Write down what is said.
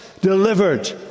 delivered